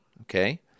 okay